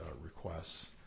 requests